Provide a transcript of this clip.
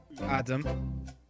Adam